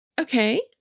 Okay